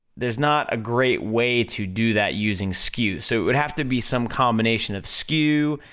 there's not a great way to do that using skew, so it would have to be some combination of skew,